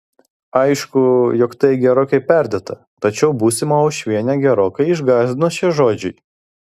aišku jog tai gerokai perdėta tačiau būsimą uošvienę gerokai išgąsdino šie žodžiai